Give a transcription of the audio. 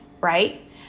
right